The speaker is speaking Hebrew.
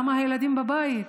למה הילדים בבית?